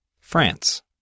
France